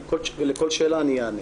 לכל שאלה אני אענה.